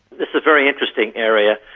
this is a very interesting area.